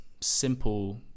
simple